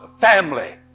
family